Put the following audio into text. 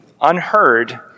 unheard